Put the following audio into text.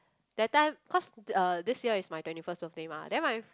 that time cause uh this year is my twenty first birthday mah then my